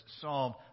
psalm